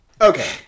okay